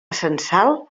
censal